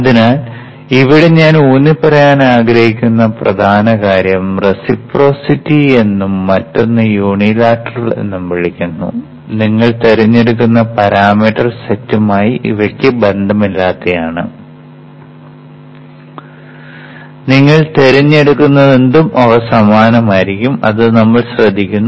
അതിനാൽ ഇവിടെ ഞാൻ ഊന്നിപ്പറയാൻ ആഗ്രഹിക്കുന്ന പ്രധാന കാര്യം റെസിപ്രൊസിറ്റി എന്നും മറ്റൊന്ന് യൂണിലാറ്ററൽ എന്നും വിളിക്കുന്നു നിങ്ങൾ തിരഞ്ഞെടുക്കുന്ന പാരാമീറ്റർ സെറ്റുമായി ഇവ ബന്ധമില്ലാത്തവയാണ് നിങ്ങൾ തിരഞ്ഞെടുക്കുന്നതെന്തും അവ സമാനമായിരിക്കും അത് നമ്മൾ ശ്രദ്ധിക്കുന്നു